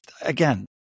again